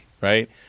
right